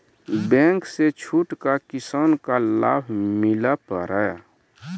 Bank से छूट का किसान का लाभ मिला पर?